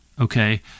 okay